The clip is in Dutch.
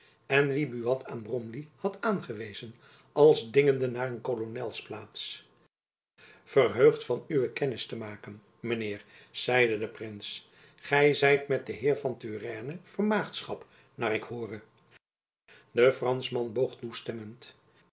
en wien buat aan bromley had aangewezen als dingende naar een kolonelsplaats verheugd van uwe kennis te maken mijn heer zeide de prins gy zijt met den heer van turenne vermaagschapt naar ik hoore de franschman boog toestemmend